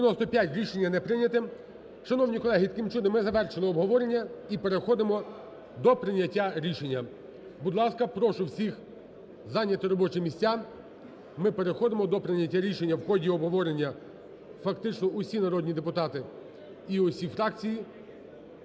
За-95 Рішення не прийнято. Шановні колеги, таким чином ми завершили обговорення і переходимо до прийняття рішення. Будь ласка, прошу всіх зайняти робочі місця. Ми переходимо до прийняття рішення. В ході обговорення, фактично, усі народні депутати і усі фракції